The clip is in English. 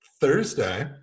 Thursday